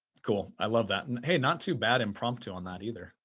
cool. i love that. and hey, not too bad impromptu on that either.